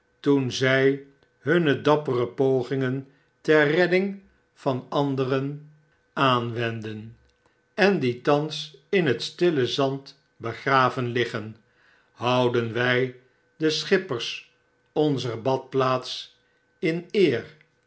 toen zy hun dappere pogingen ter redding van anderen aanwendden en die thans in het stille zand begraven liggen houden wy de schippers onzer badplaats in eer